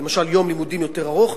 למשל יום לימודים יותר ארוך,